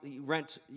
rent